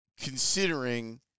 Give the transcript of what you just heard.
Considering